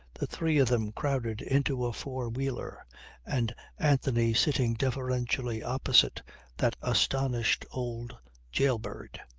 the three of them crowded into a four-wheeler, and anthony sitting deferentially opposite that astonished old jail-bird!